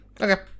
Okay